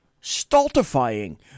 stultifying